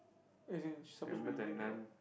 as in suppose to be Indian what